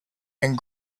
and